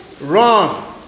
Run